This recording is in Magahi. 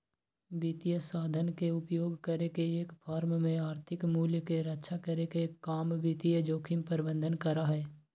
वित्तीय साधन के उपयोग करके एक फर्म में आर्थिक मूल्य के रक्षा करे के काम वित्तीय जोखिम प्रबंधन करा हई